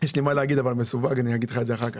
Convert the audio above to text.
יש לי מה להגיד אבל זה מסווג ואני אגיד לך את זה אחר כך.